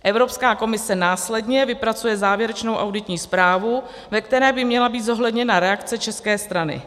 Evropská komise následně vypracuje závěrečnou auditní zprávu, ve které by měla být zohledněna reakce české strany.